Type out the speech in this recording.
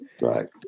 Right